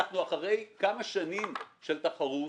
אנחנו אחרי כמה שנים של תחרות,